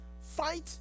Fight